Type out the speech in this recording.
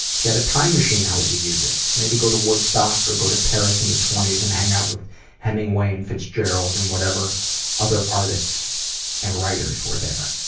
had a time machine how would you use it? maybe go to woodstock or go to paris in the twenty s and hang out with hemmingway and fitzgerald and whatever other artists and writers were there.